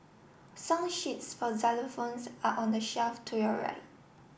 song sheets for xylophones are on the shelf to your right